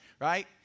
right